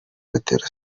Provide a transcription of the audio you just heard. gatera